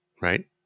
right